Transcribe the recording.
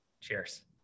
Cheers